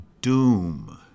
doom